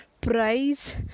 price